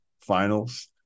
finals